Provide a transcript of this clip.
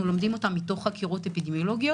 למדים אותם מתוך חקירות אפידמיולוגיות,